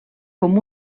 com